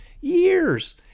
years